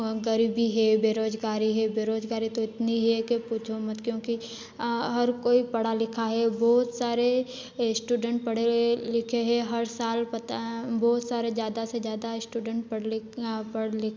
गरीबी है बेरोजगारे है बेरोजगारी तो इतनी है के पूछो मत क्योंकि हर कोई पढ़ा लिखा है बहुत सारे स्टूडेंट पढ़े लिखे हैं हर साल पता बहुत सारे जादा से जादा स्टूडेंट पढ़ लिख पढ़ लिख